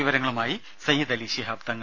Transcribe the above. വിവരങ്ങളുമായി സയ്യിദ് അലി ശിഹാബ് തങ്ങൾ